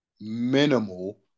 minimal